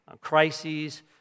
crises